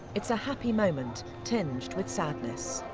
it's a happy moment tinged with sadness.